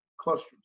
clusters